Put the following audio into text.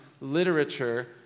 literature